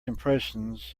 impressions